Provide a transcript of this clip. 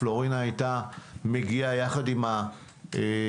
פלורינה הייתה מגיעה יחד עם המבקר